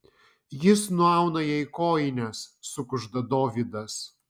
jis nuauna jai kojines sukužda dovydas